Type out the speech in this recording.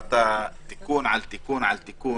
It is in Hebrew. אמרת: תיקון על תיקון על תיקון.